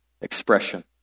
expression